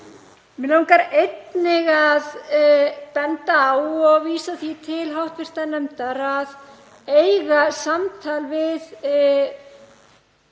Mig langar einnig að benda á og vísa því til hv. nefndar að eiga samtal við